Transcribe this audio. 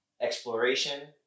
exploration